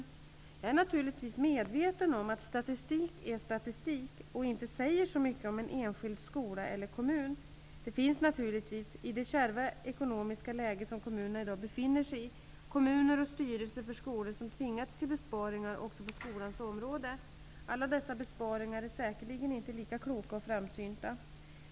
Jag är naturligtvis medveten om att statistik är statistik och inte säger så mycket om en enskild skola eller kommun. Det finns naturligtvis, i det kärva ekonomiska läge som kommunerna i dag befinner sig i, kommuner och styrelser för skolor som tvingats till besparingar också på skolans område. Alla dessa besparingar är säkerligen inte lika kloka och framsynta.